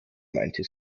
meinte